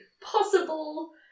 possible